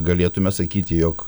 galėtume sakyti jog